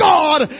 God